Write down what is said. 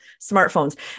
smartphones